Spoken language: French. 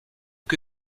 que